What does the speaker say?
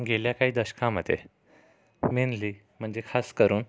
गेल्या काही दशकामध्ये मेनली म्हणजे खास करून